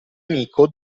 amico